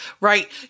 right